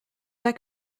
pas